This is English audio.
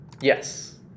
Yes